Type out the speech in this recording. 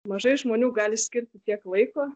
mažai žmonių gali skirti tiek laiko